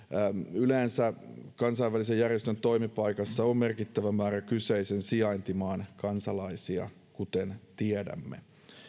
yleensä kansainvälisen järjestön toimipaikassa on merkittävä määrä kyseisen sijaintimaan kansalaisia kuten tiedämme